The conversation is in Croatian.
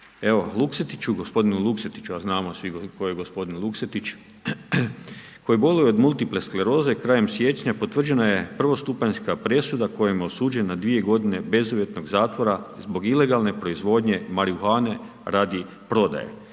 Naime, Luksetiću, gospodinu Luksetiću, a znamo svi tko je gospodin Luksetić, koji boluje od multipleskleroze, krajem siječnja, potvrđena je prvostupanjska presuda, kojem je osuđen na 2 g. bezuvjetnog zatvora zbog ilegalne proizvodnje marihuane radi prodaje,